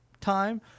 time